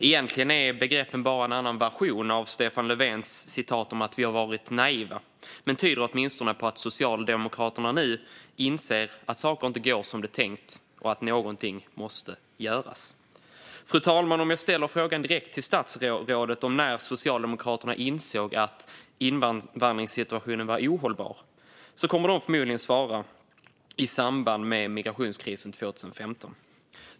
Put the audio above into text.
Egentligen är begreppen bara en annan version av Stefan Löfvens citat om att vi varit naiva. Men de tyder åtminstone på att Socialdemokraterna nu inser att saker inte går som de tänkt och att någonting måste göras. Fru talman! Om jag ställer frågan direkt till statsrådet när Socialdemokraterna insåg att invandringssituationen var ohållbar kommer förmodligen svaret att bli: i samband med migrationskrisen 2015.